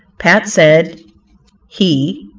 pat, said he,